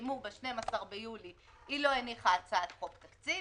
שהסתיימו ב-12 ביולי היא לא הניחה הצעת חוק תקציב.